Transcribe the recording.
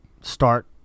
start